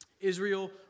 Israel